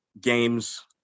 games